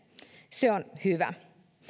se on hyvä